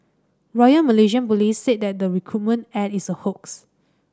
Royal Malaysian Police said that the recruitment ad is a hoax